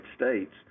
States